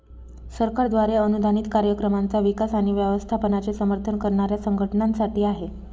सरकारद्वारे अनुदानित कार्यक्रमांचा विकास आणि व्यवस्थापनाचे समर्थन करणाऱ्या संघटनांसाठी आहे